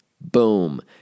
Boom